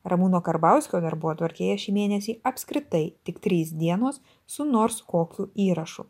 ramūno karbauskio darbotvarkėje šį mėnesį apskritai tik trys dienos su nors kokiu įrašu